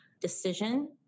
decision